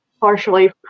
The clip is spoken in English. partially